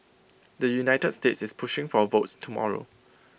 the united states is pushing for A vote tomorrow